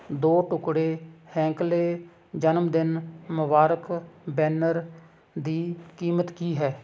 ਦੋ ਟੁਕੜੇ ਹੈਂਕਲੇ ਜਨਮਦਿਨ ਮੁਬਾਰਕ ਬੈਨਰ ਦੀ ਕੀਮਤ ਕੀ ਹੈ